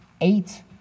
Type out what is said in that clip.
eight